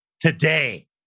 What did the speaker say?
today